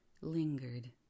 lingered